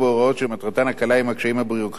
להקל על הקשיים הביורוקרטיים שבהם נתקלים,